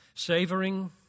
Savoring